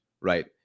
right